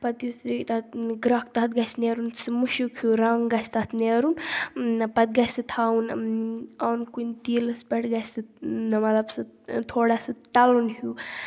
پَتہٕ یُتھُے تَتھ گَرٛکھ تَتھ گَژھِ نیرُن سُہ مُشُک ہِیٛوٗ رَنٛگ گَژھِ تَتھ نیٚرُن پَتہٕ گَژھِ سُہ تھاوُن اوٛن کُنہِ تیٖلَس پیٚٹھ گَژھِ سُہ مطلب سُہ تھوڑا سُہ تَلُن ہِیٛوٗ